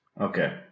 Okay